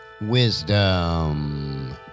Wisdom